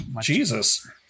Jesus